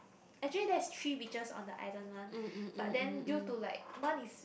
actually there is three witches on the island [one] but then due to like one is